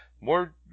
more